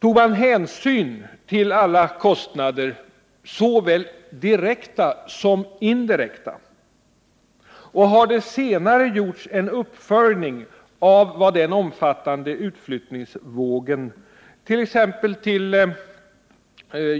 Tog man hänsyn till alla kostnader, såväl direkta som indirekta? Har det sedan gjorts en uppföljning av vad den omfattande utflyttningsvågen till